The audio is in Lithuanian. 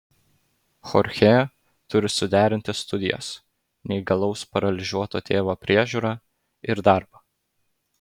chorchė turi suderinti studijas neįgalaus paralyžiuoto tėvo priežiūrą ir darbą